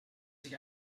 sich